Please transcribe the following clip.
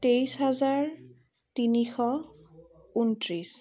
তেইছ হাজাৰ তিনিশ ঊনত্ৰিছ